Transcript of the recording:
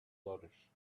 flourish